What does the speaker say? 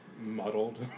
Muddled